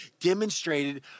demonstrated